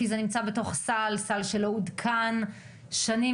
כי זה נמצא בתוך סל שלא עודכן שנים.